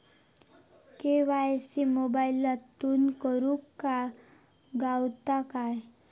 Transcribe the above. KYC मोबाईलातसून करुक गावता काय?